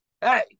hey